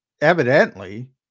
evidently